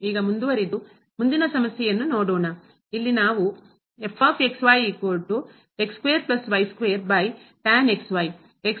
ಈಗ ಮುಂದುವರಿದು ಮುಂದಿನ ಸಮಸ್ಯೆಯನ್ನು ನೋಡೋಣ